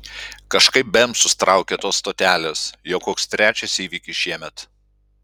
kažkaip bemsus traukia tos stotelės jau koks trečias įvykis šiemet